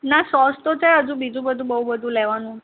ના સોસ તો છે હજુ બીજું બધું બહુ બધું લેવાનું